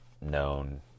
known